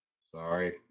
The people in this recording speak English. Sorry